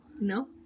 no